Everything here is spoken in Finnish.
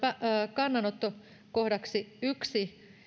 kannanotto kohdaksi yksi